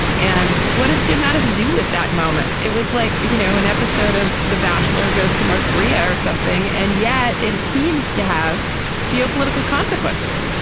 and what is jim mattis do with that moment. it was like you know an episode of the bachelor goes to north korea or something. and yet it it seemed to have geopolitical consequences.